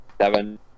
seven